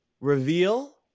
reveal